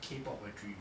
K pop a dream